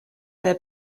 their